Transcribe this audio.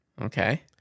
okay